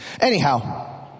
Anyhow